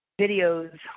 videos